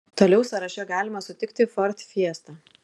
toliau sąraše galima sutikti ford fiesta